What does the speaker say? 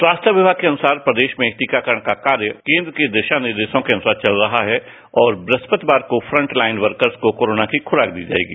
स्वास्थ्य विमाग के अनुसार प्रदेश में टीकाकरण का कार्य केंद्र के दिशा निर्देशों के अनुसार चल रहा है और ब्रहस्पतिवार को फ्रंटलाइन वर्कर को कोरोना की खुराक दी जायेगी